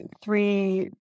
three